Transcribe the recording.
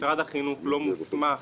משרד החינוך לא מוסמך